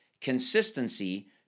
consistency